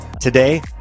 Today